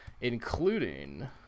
including